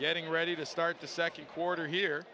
getting ready to start the second quarter here